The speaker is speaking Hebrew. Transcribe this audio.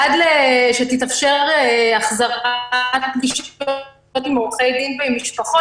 עד שתתאפשר החזרת פגישות עם עורכי דין ועם משפחות,